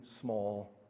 small